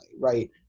right